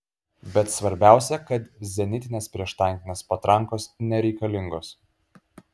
bet svarbiausia kad zenitinės prieštankinės patrankos nereikalingos